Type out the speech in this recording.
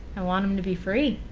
i want him to be free.